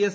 S